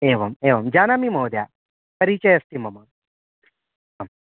एवम् एवं जानामि महोदया परिचयः अस्ति मम आं